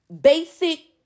basic